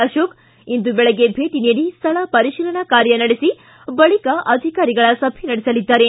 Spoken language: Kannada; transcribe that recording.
ಅಶೋಕ್ ಇಂದು ಬೆಳಗ್ಗೆ ಭೇಟಿ ನೀಡಿ ಸ್ಥಳ ಪರಿಶೀಲನಾ ಕಾರ್ಯ ನಡೆಸಿ ಬಳಿಕ ಅಧಿಕಾರಿಗಳ ಸಭೆ ನಡೆಸಲಿದ್ದಾರೆ